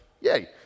yay